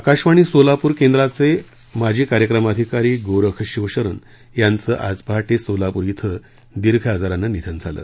आकाशवाणी सोलापूर केंद्राचे माजी कार्यक्रम अधिकारी गोरख शिवशरण यांचं आज पहाटे सोलापूर इथं दीर्घ आजारानं निधन झालं